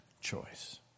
choice